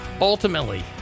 ultimately